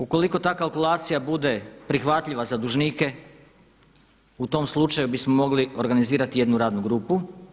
Ukoliko ta kalkulacija bude prihvatljiva za dužnike u tom slučaju bismo mogli organizirati jednu radnu grupu.